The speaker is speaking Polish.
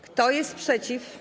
Kto jest przeciw?